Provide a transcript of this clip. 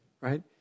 right